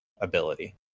ability